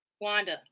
Wanda